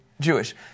Jewish